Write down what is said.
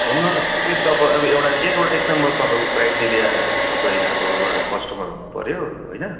home loan तपाईँ अब एउटा एक नम्बर तपाईँको क्राइटेरिया तपाईँ हाम्रो एउटा कस्टमर हुनुपर्यो होइन